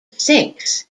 sinks